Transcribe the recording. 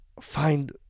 find